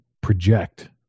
project